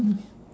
mm